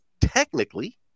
technically